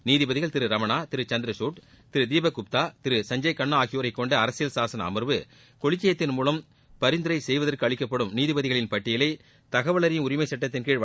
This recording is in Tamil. நீதிபதிகள் திரு ரமணா திரு சந்திரசூட் திரு தீபக் குப்தா திரு சஞ்சய் கண்ணா ஆகியோரையும் கொண்ட அரசியல் சாசன அமர்வு கொலிஜியத்தின் மூலம் பரிந்துரை செய்வதற்கு அளிக்கப்படும் நீதிபதிகளின் பட்டியலை தகவல் அறியும் உரிமைச்சட்டத்தின்கீழ்